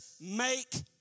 make